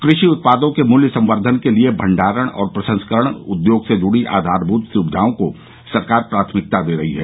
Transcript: कृषि उत्पादों के मूल्य संवर्द्धन के लिए भंडारण और प्रसंस्करण उद्योग से जुड़ी आधारभूत सुविघाओं को सरकार प्राथमिकता दे रही है